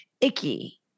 icky